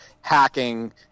hacking